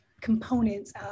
components